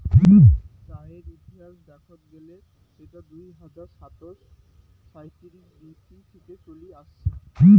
চায়ের ইতিহাস দেখত গেলে সেটা দুই হাজার সাতশ সাঁইত্রিশ বি.সি থেকে চলি আসছে